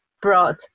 brought